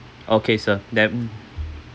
okay sir then